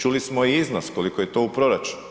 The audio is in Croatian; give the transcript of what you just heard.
Čuli smo i iznos koliko je to u proračunu.